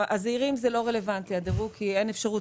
לגבי העסקים הזעירים הדירוג לא רלוונטי כי אין אפשרות